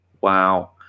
Wow